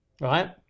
right